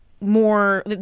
more